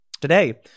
Today